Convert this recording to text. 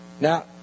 Now